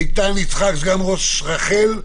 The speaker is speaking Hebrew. איתן יצחק, סגן ראש רח"ל.